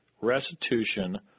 restitution